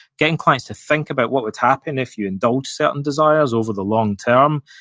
getting clients to think about what would happen if you indulged certain desires over the long term,